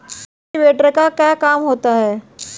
Cultivator का क्या काम होता है?